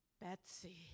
Betsy